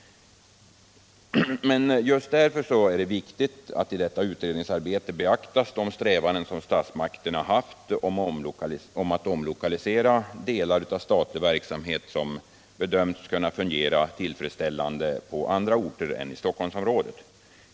Men Just därför är det viktigt att man i detta utredningsarbete beaktar de strävanden som statsmakterna haft att omlokalisera delar av statlig verksamhet som bedömts kunna fungera tillfredsställande på andra orter än i Stockholmsområdet.